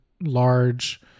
large